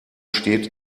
steht